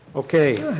okay.